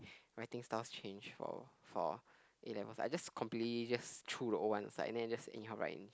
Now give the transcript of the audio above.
my writing style change for for A-levels I just completely just threw the O one aside and then I just anyhow write in